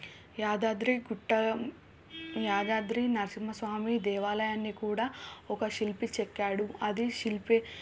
యాదగిరిగుట్ట యాదాద్రి నరసింహస్వామి దేవాలయాన్ని కూడా ఒక శిల్పి చెక్కాడు అది శిల్పే